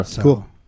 Cool